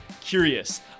curious